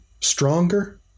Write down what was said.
stronger